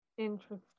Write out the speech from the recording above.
interesting